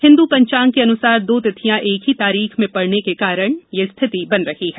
हिन्द् पंचांग के अनुसार दो तिथियां एक ही तारीख में पड़ने के कारण यह स्थिति बन रही है